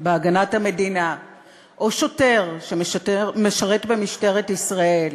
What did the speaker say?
הגנת המדינה או שוטר שמשרת במשטרת ישראל